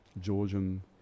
Georgian